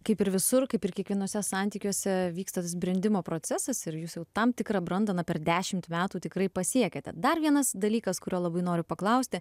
kaip ir visur kaip ir kiekvienuose santykiuose vyksta tas brendimo procesas ir jūs jau tam tikrą brandą na per dešimt metų tikrai pasiekiate dar vienas dalykas kurio labai noriu paklausti